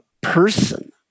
person